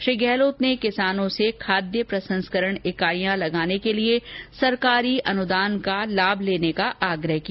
श्री गहलोत ने किसानों से खाद्य प्रसंस्करण इकाईयां लगाने के लिए सरकारी अनुदान का लाभ उठाने का आग्रह किया